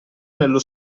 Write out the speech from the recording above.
nello